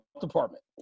department